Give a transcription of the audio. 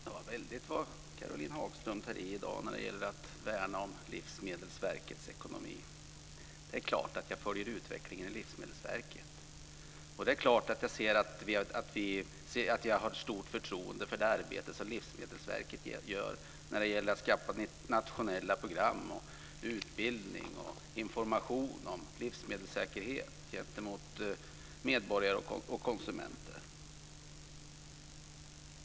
Fru talman! Det var väldigt vad Caroline Hagström i dag tar i när det gäller att värna om Livsmedelsverkets ekonomi. Det är klart att jag följer utvecklingen i Livsmedelsverket. Jag har stort förtroende för det arbete som Livsmedelsverket gör med att ordna internationella program och ge utbildning och information om livsmedelssäkerhet till medborgare och konsumenter.